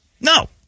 No